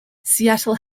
seattle